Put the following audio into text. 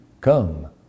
come